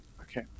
Okay